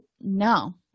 no